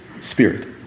spirit